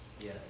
Yes